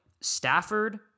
Stafford